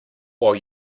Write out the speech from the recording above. while